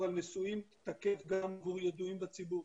על נישואים תקף גם עבור ידועים בציבור.